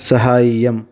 साहाय्यम्